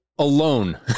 alone